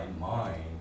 mind